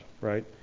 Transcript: right